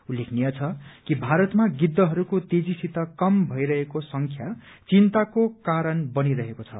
उल्लेखनीरू द कि भारतमा गिद्धहरूको तेजीसित कम भइरहेको संख्या चिन्ताको कारण बनीरहेको छ